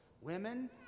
Women